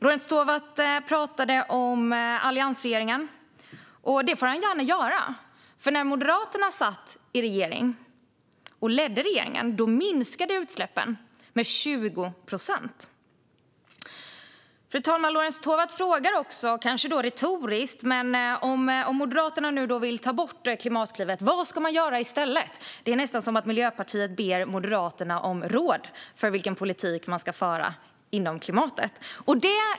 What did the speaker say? Lorentz Tovatt pratade om alliansregeringen. Det får han gärna göra, för när Moderaterna satt i och ledde regeringen minskade utsläppen med 20 procent. Fru talman! Lorentz Tovatt frågade, kanske retoriskt, vad man ska göra i stället, om Moderaterna nu vill ta bort Klimatklivet. Det är nästan som att Miljöpartiet ber Moderaterna om råd om vilken politik de ska föra när det gäller klimatet.